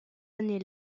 année